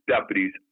deputies